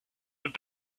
have